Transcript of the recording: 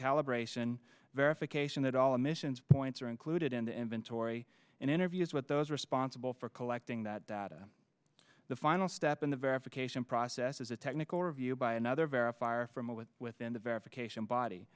calibration verification that all emissions points are included in the inventory and interviews with those responsible for collecting that data the final step in the verification process is a technical review by another verify or from a with within the verification body